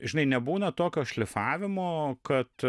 žinai nebūna tokio šlifavimo kad